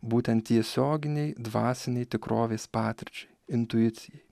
būtent tiesioginei dvasinei tikrovės patirčiai intuicijai